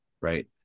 right